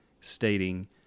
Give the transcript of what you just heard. stating